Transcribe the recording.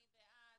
מי בעד?